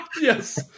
Yes